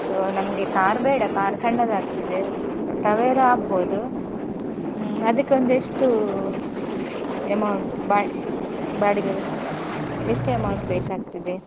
so ನಮಗೆ car ಬೇಡ car ಸಣ್ಣದಾಗ್ತಿದೆ ಸೊ ಟವೆರಾ ಆಗ್ಬೋದು ಅದಕ್ಕೊಂದು ಎಷ್ಟು ಎಮೌಂಟ್ ಬಾ ಇದು ಬಾಡಿಗೆ ಎಷ್ಟು ಎಮೌಂಟ್ ಬೇಕಾಗ್ತಿದೆ